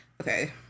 Okay